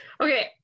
okay